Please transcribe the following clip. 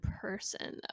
person